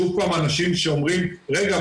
שוב פעם אנשים שאומרים 'רגע,